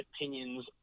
opinions